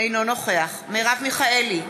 אינו נוכח מרב מיכאלי,